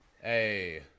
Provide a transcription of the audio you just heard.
Hey